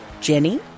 Jenny